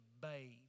bathe